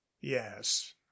Yes